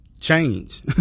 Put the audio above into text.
change